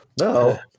No